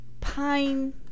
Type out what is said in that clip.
Pine